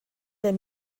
der